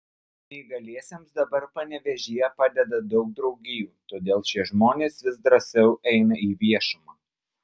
neįgaliesiems dabar panevėžyje padeda daug draugijų todėl šie žmonės vis drąsiau eina į viešumą